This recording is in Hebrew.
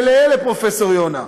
ולאלה, פרופ' יונה,